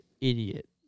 idiot